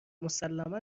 مسلما